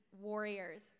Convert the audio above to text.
warriors